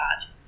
God